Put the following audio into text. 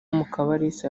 mukabalisa